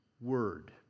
word